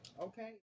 Okay